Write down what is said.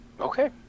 Okay